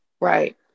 Right